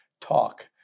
talk